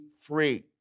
free